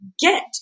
get